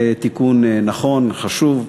זה תיקון נכון, חשוב,